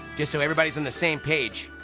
just so everybody's on the same page,